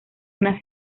una